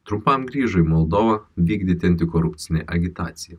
trumpam grįžo į moldovą vykdyti antikorupcinį agitaciją